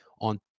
on